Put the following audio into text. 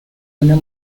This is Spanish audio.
una